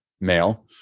male